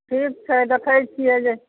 ठीक छै देखैत छियै जे